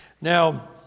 now